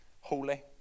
holy